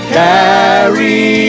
carry